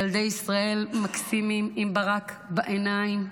ילדי ישראל מקסימים, עם ברק בעיניים,